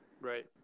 Right